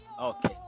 okay